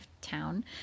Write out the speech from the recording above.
town